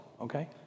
okay